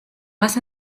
más